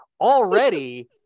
already